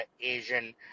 Asian